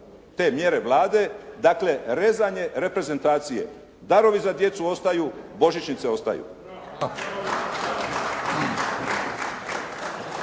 te mjere Vlade. Dakle, rezanje reprezentacije. Darovi za djecu ostaju, božićnice ostaju.